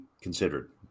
considered